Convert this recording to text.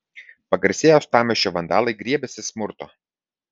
pagarsėję uostamiesčio vandalai griebėsi smurto